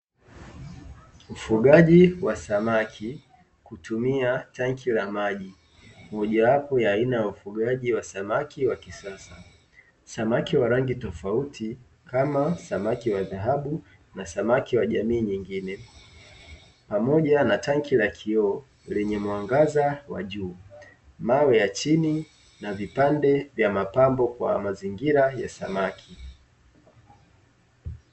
Ufugaji wa samaki kutumia tanki la maji mojawapo ya aina ya ufugaji wa samaki wa kisasa. Samaki wa rangi tofauti kama samaki wa dhahabu na samaki wa jamii nyingine, pamoja na tanki la kioo lenye mwangaza wa juu, mawe ya chini na vipande vya mapambo kwa mazingira ya samaki.